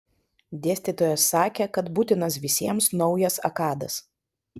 dėstytojas sakė kad būtinas visiems naujas akadas